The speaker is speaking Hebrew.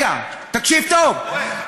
אתה טועה.